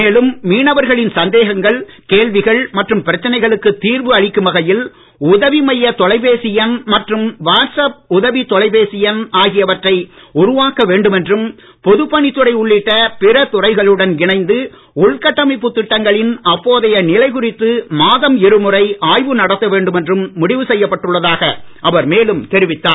மேலும் மீனவர்களின் சந்தேகங்கள் கேள்விகள் மற்றும் பிரச்சனைகளுக்கு தீர்வு அளிக்கும் வகையில் உதவி மைய தொலைபேசி எண் மற்றும் வாட்ஸ்அப் உதவி தொலைபேசி எண் ஆகியவற்றை உருவாக்க வேண்டும் என்றும் பொதுப்பணித்துறை உள்ளிட்ட பிற துறைகளுடன் இணைந்து உள்கட்டமைப்பு திட்டங்களின் அப்போதைய நிலை குறித்து மாதம் இரு முறை ஆய்வு நடத்த வேண்டும் என்றும் முடிவு செய்யப்பட்டுள்ளதாக அவர் மேலும் தெரிவித்துள்ளார்